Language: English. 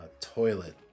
toilet